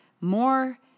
more